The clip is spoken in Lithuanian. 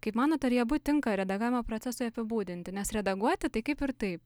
kaip manot ar jie abu tinka redagavimo procesui apibūdinti nes redaguoti tai kaip ir taip